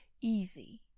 easy